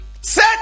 Set